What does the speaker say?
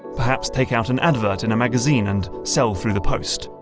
perhaps take out an advert in a magazine and sell through the post.